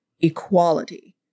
Equality